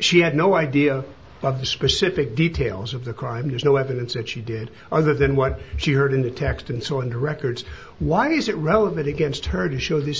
she had no idea of the specific details of the crime there's no evidence that she did other than what she heard in the text and saw in her records why is it relevant against her to show this